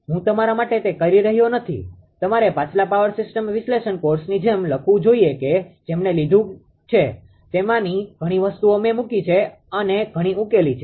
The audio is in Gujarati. હું તમારા માટે તે કરી રહ્યો નથી તમારે પાછલા પાવર સિસ્ટમ વિશ્લેષણ કોર્સની જેમ લખવું જોઈએ કે જેમણે લીધું છે તેમાંની ઘણી વસ્તુઓ મે મૂકી છે અને ઘણી ઉકેલી છે